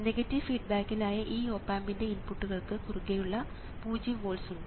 negative ഫീഡ്ബാക്കിൽ ആയ ഈ ഓപ് ആമ്പിൻറെ ഇൻപുട്ടുകൾക്ക് കുറുകെയും പൂജ്യം വോൾട്സ് ഉണ്ട്